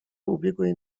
ubiegłej